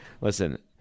listen